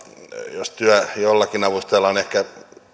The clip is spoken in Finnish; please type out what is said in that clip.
jos työ jollakin avustajalla on